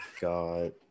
God